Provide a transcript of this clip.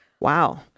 wow